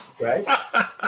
right